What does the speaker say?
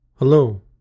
Hello